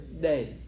day